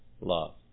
love